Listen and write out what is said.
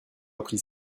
appris